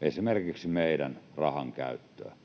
esimerkiksi meidän rahankäyttöämme.